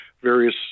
various